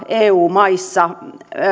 eu maissa